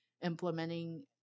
Implementing